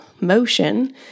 motion